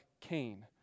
Cain